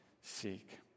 seek